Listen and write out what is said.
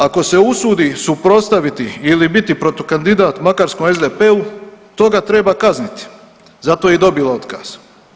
Ako se usudi suprotstaviti ili biti protukandidat makarskom SDP-u toga treba kazniti, zato je i dobila otkaz.